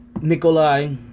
Nikolai